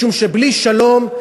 משום שבלי שלום,